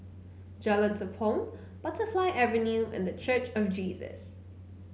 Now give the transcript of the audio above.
Jalan Tepong Butterfly Avenue and The Church of Jesus